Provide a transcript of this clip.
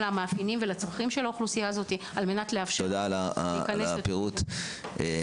תודה עבור הפירוט.